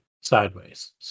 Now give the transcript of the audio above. sideways